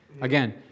Again